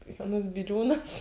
jonas biliūnas